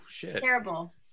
Terrible